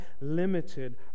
limited